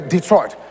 Detroit